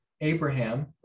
Abraham